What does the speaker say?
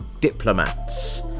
Diplomats